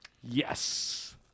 Yes